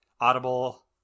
Audible